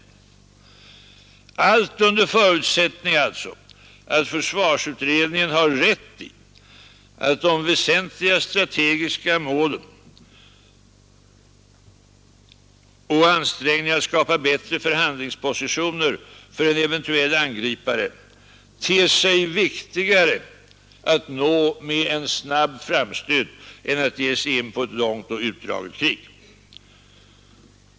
Allt detta gäller under förutsättning att försvarsutredningen har rätt i att de väsentliga strategiska målen och ansträngningarna att skapa bättre förhandlingspositioner för en eventuell angripare ter sig viktigare att uppnå med en snabb framstöt än att ge sig in på ett långt och utdraget krig.